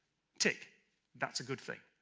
tick that's a good thing,